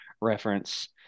reference